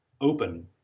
open